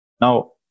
Now